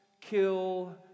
kill